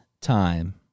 time